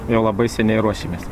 jau labai seniai ruošiamės